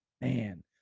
Man